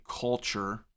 culture